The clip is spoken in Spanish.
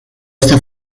está